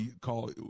call